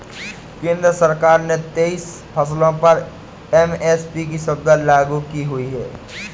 केंद्र सरकार ने तेईस फसलों पर एम.एस.पी की सुविधा लागू की हुई है